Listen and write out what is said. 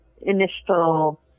initial